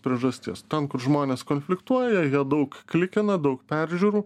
priežasties ten kur žmonės konfliktuoja jie daug klikina daug peržiūrų